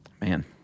Man